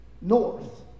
north